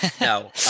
No